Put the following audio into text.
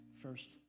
first